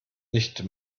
nicht